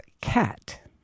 cat